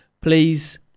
please